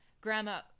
Grandma